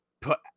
put